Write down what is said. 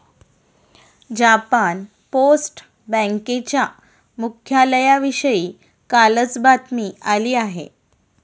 Japan post बँकेच्या मुख्यालयाविषयी कालच बातमी आली आहे